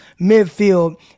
midfield